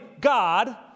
God